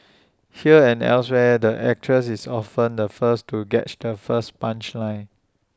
here and elsewhere the actress is often the first to get the first punchline